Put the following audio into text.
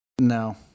No